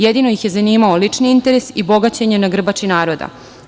Jedino ih je zanimao lični interes i bogaćenje na grbači naroda.